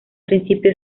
principio